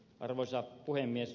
arvoisa puhemies